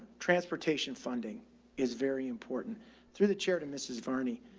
transportation funding is very important through the charity. mrs varney.